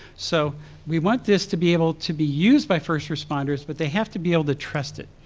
so we want this to be able to be used by first responders, but they have to be able to trust it.